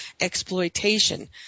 exploitation